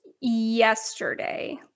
yesterday